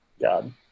God